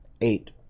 eight